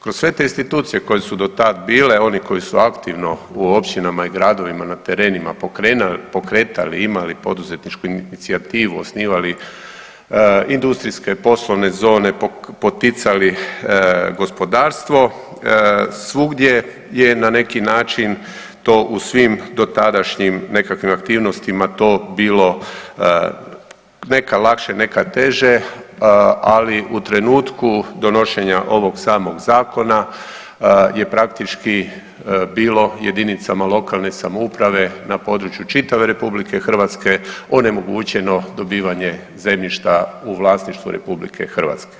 Kroz sve te institucije koje su do tad bile, oni koji su aktivno u općinama i gradovima, na terenima pokretali, imali poduzetničku inicijativu, osnivali industrijske poslovne zone, poticali gospodarstvo svugdje je na neki način to u svim dotadašnjim nekakvim aktivnosti to bilo nekad lakše, nekad teže ali u trenutku donošenja ovog samog zakona je praktički bilo jedinicama lokalne samouprave na području čitave RH onemogućeno dobivanje zemljišta u vlasništvu RH.